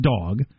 dog